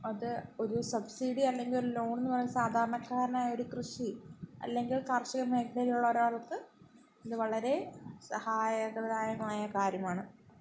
അത് ഒരു സബ്സിഡി അല്ലെങ്കിലൊരു ലോണെന്നു പറയുന്നത് സാധാരണക്കാരനായൊരു കൃഷി അല്ലെങ്കിൽ കാർഷിക മേഖലയിലുള്ളൊരാൾക്ക് ഇതു വളരെ സഹായകദായകമായ കാര്യമാണ്